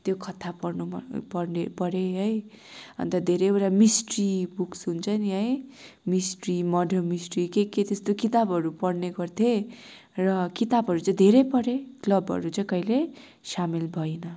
त्यो कथा पढ्नु पढेँ है अन्त धेरैवटा मिस्ट्री बुक्स हुन्छ नि है मिस्ट्री मर्डर मिस्ट्री के के त्यस्तो किताबहरू पढ्ने गर्थेँ र किताबहरू चाहिँ धेरै पढेँ क्लबहरू चाहिँ कहिले सामिल भइनँ